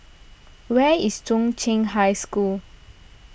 where is Zhong Qing High School